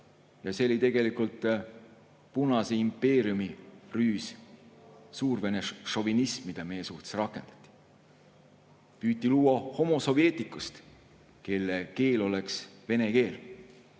See oli tegelikult punase impeeriumi rüüs suurvene šovinism, mida meie suhtes rakendati. Püüti luuahomo soveticus't, kelle keel oleks vene keel